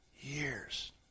years